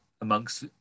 amongst